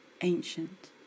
ancient